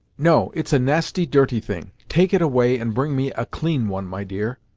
no it's a nasty, dirty thing. take it away and bring me a clean one, my dear.